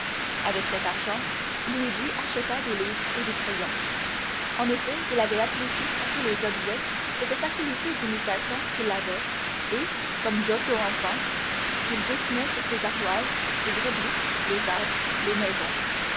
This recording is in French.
avec cet argent luigi acheta des livres et des crayons en effet il avait appliqué à tous les objets cette facilité d'imitation qu'il avait et comme giotto enfant il dessinait sur ses ardoises ses brebis les arbres les maisons